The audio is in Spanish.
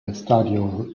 estadio